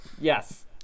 Yes